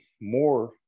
more